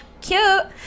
cute